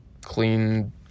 clean